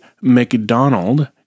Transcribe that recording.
mcdonald